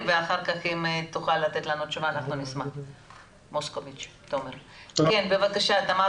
כשאנחנו מדברים על שיקום כלכלי במסגרת